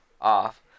off